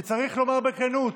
שצריך לומר בכנות